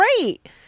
great